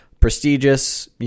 prestigious